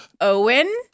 Owen